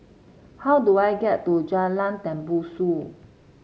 how do I get to Jalan Tembusu